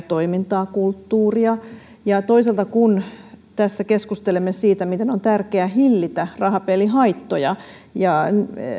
toimintaa kulttuuria ja toisaalta kun tässä keskustelemme siitä miten on tärkeää hillitä rahapelihaittoja ja